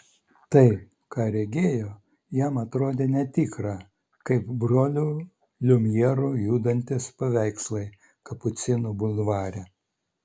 tai ką regėjo jam atrodė netikra kaip brolių liumjerų judantys paveikslai kapucinų bulvare